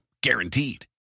Guaranteed